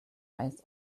eyes